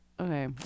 okay